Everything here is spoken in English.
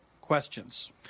questions